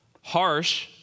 Harsh